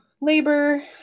labor